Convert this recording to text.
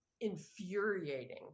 infuriating